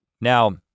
Now